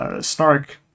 snark